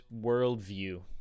worldview